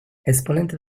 esponente